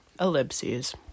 Ellipses